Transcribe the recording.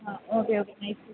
ആ okay okay